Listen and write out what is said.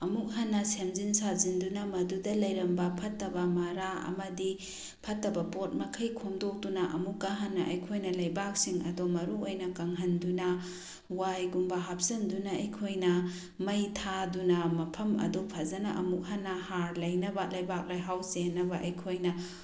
ꯑꯃꯨꯛ ꯍꯟꯅ ꯁꯦꯝꯖꯤꯟ ꯁꯥꯖꯤꯟꯗꯨꯅ ꯃꯗꯨꯗ ꯂꯩꯔꯝꯕ ꯐꯠꯇꯕ ꯃꯔꯥ ꯑꯃꯗꯤ ꯐꯠꯇꯕ ꯄꯣꯠ ꯃꯈꯩ ꯈꯣꯝꯗꯣꯛꯇꯨꯅ ꯑꯃꯨꯛꯀ ꯍꯟꯅ ꯑꯩꯈꯣꯏꯅ ꯂꯩꯕꯥꯛꯁꯤꯡ ꯑꯗꯣ ꯃꯔꯨ ꯑꯣꯏꯅ ꯀꯪꯍꯟꯗꯨꯅ ꯋꯥꯏꯒꯨꯝꯕ ꯍꯥꯞꯆꯤꯟꯗꯨꯅ ꯑꯩꯈꯣꯏꯅ ꯃꯩ ꯊꯥꯗꯨꯅ ꯃꯐꯝ ꯑꯗꯣ ꯐꯖꯅ ꯑꯃꯨꯛ ꯍꯟꯅ ꯍꯥꯔ ꯂꯩꯅꯕ ꯂꯩꯕꯥꯛ ꯂꯩꯍꯥꯎ ꯆꯦꯟꯅꯕ ꯑꯩꯈꯣꯏꯅ